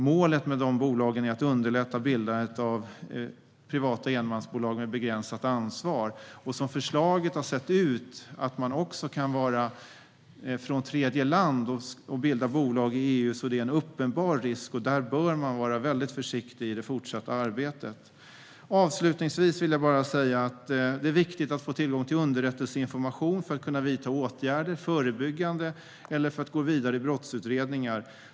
Målet är att underlätta bildandet av privata enmansbolag med begränsat ansvar. Som förslaget har sett ut ska man också kunna komma från tredjeland och bilda bolag i EU. Det är en uppenbar risk. Man bör vara väldigt försiktig i det fortsatta arbetet. Avslutningsvis vill jag säga att det är viktigt att få tillgång till underrättelseinformation för att kunna vidta förebyggande åtgärder eller gå vidare i brottsutredningar.